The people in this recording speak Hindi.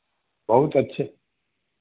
बहुत अच्छे